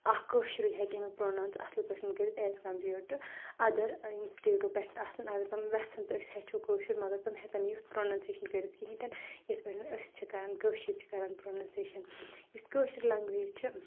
اَکھ کٲشرُے ہؠکہِ امیُک پروننسیشن اَصل پٲٹھۍ کٔرِتھ ایز کَمپیٲرڈ ٹُو اَدر سٹیٹو پؠٹھ آسَن اَگر تِم وؠژھان تہٕ أسۍ ہیٚچھو کوشُر مَگر تِم ہؠکَن نہٕ اِیُتھ پرونَنسیشَن کٔرِتھ کِہیٖنۍ تنہٕ یِتھ پٲٹھۍ أسۍ چھِ کَران کٲشِر چھِ کَران پرونَنسیشَن یُس کٲشِر لیٚنگویج چھِ